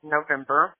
November